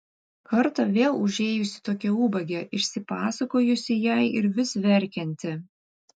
kartą vėl užėjusi tokia ubagė išsipasakojusi jai ir vis verkianti